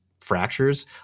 fractures